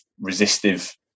resistive